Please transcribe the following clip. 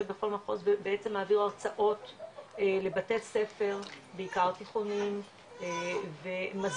בכל מחוז ובעצם מעביר הרצאות לבתי ספר בעיקר תיכוניים ומסביר